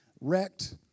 wrecked